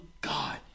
God